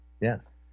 Yes